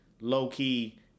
low-key